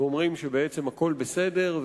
ואומרים שבעצם הכול בסדר,